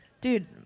dude